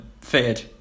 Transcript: feared